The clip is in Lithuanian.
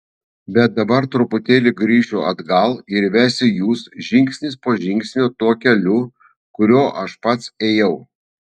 bet dabar truputėlį grįšiu atgal ir vesiu jus žingsnis po žingsnio tuo keliu kuriuo aš pats ėjau